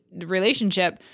relationship